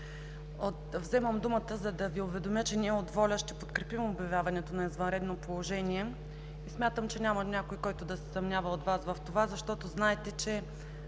Вземам думата, за да Ви уведомя, че ние от ВОЛЯ ще подкрепим обявяването на извънредно положение. Смятам, че няма някой от Вас, който да се съмнява в това. Знаете, че